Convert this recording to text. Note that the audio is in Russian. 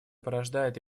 порождает